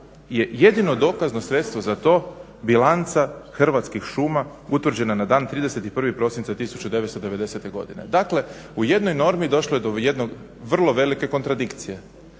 je jedino dokazno sredstvo za to bilanca Hrvatskih šuma utvrđena na dan 31. prosinca 1990. godine. Dakle, u jednoj normi došlo je do jednog vrlo velike kontradikcije.